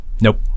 Nope